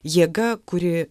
jėga kuri